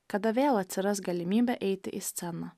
kada vėl atsiras galimybė eiti į sceną